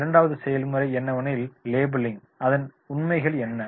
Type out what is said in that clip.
இரண்டாவது செயல்முறை என்னெவெனில் லேபிளிங் அதன் உண்மைகள் என்ன